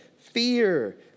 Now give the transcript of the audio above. fear